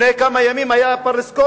לפני כמה ימים היה ברלוסקוני